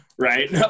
right